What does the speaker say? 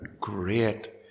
great